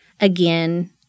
again